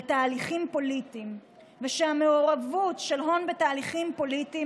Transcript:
תהליכים פוליטיים ושהמעורבות של הון בתהליכים פוליטיים